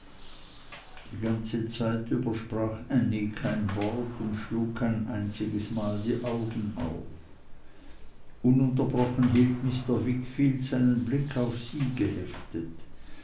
die ganze zeit über sprach ännie kein wort und schlug kein einziges mal die augen auf ununterbrochen hielt mr wickfield seinen blick auf sie geheftet